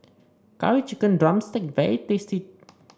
Curry Chicken drumstick is very tasty